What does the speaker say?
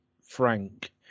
frank